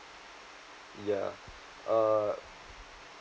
ya uh